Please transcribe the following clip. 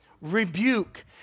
rebuke